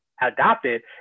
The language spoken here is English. adopted